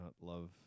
love